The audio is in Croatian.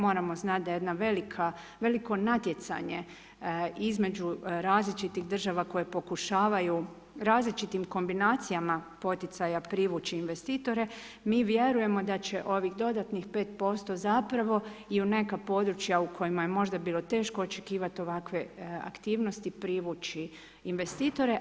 Moramo znati da jedno veliko natjecanje između različitih država koje pokušavaju različitim kombinacijama poticaja privući investitore mi vjerujemo da će ovih dodatnih 5% zapravo i u neka područja u kojima je možda bilo teško očekivati ovakve aktivnosti privući investitore.